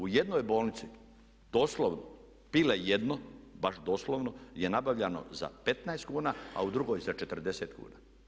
U jednoj bolnici doslovno pile jedno, baš doslovno je nabavljano za 15 kuna sa u drugoj za 40 kuna.